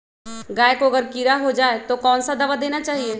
गाय को अगर कीड़ा हो जाय तो कौन सा दवा देना चाहिए?